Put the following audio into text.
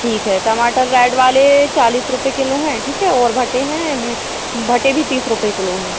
ठीक है टमाटर रेड वाले चालीस रुपये किलो हैं ठीक है और भुट्टे हैं ब भुट्टे भी तीस रुपये किलो हैं